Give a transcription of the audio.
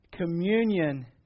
Communion